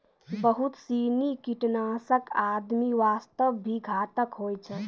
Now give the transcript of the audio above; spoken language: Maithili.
बहुत सीनी कीटनाशक आदमी वास्तॅ भी घातक होय छै